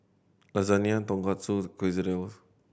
Lasagne Tonkatsu Quesadillas